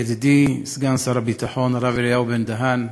ידידי סגן שר הביטחון הרב אליהו בן-דהן,